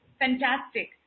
fantastic